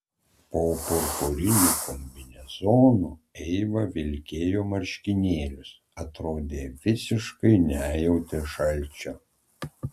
po purpuriniu kombinezonu eiva tevilkėjo marškinėlius atrodė visiškai nejautė šalčio